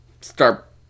start